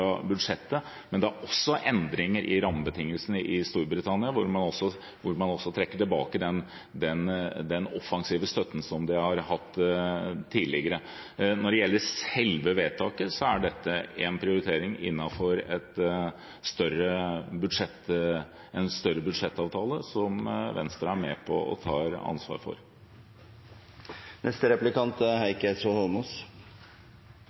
også endringer i rammebetingelsene i Storbritannia, hvor man altså trekker tilbake den offensive støtten man har hatt tidligere. Når det gjelder selve vedtaket, er dette en prioritering innenfor en større budsjettavtale som Venstre er med på og tar ansvar for. Vi får komme tilbake til havvind senere i debatten, men det som representanten nettopp sa, var feil. Det er